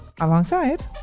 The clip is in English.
Alongside